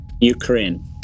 Ukraine